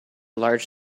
large